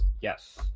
Yes